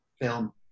film